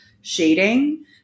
shading